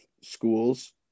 schools